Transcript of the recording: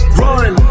run